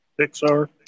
Pixar